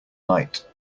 night